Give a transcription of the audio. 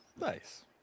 Nice